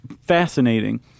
fascinating